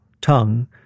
tongue